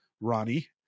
Ronnie